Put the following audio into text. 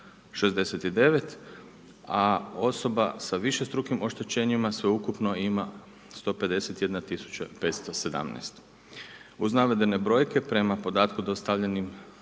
669 a osoba sa višestrukim oštećenjima sveukupno ima 151 tisuća 517. Uz navedene brojke prema podatku dostavljenim